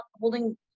holding